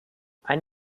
ein